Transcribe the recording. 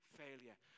failure